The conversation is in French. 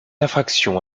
infraction